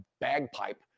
bagpipe